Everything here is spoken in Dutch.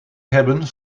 hebben